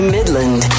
Midland